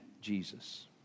Jesus